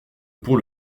pour